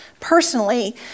personally